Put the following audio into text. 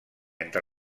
entre